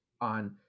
on